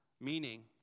meaning